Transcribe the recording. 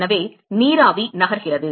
எனவே நீராவி நகர்கிறது